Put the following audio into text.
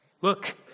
Look